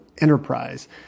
enterprise